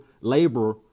labor